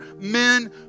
men